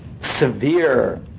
severe